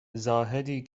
زاهدی